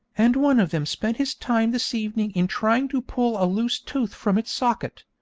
and one of them spent his time this evening in trying to pull a loose tooth from its socket.